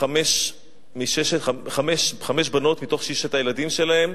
וחמש בנות, מששת הילדים שלהם,